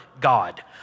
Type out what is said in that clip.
God